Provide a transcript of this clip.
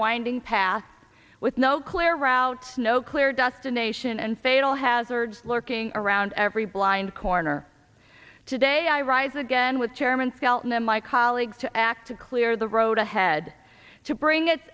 winding path with no clear route no clear destination and fatal hazards lurking around every blind corner today i rise again with chairman skelton and my colleagues to act to clear the road ahead to bring it